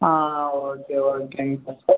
ஆ okay ஓகேங்க sir